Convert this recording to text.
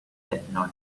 techno